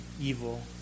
evil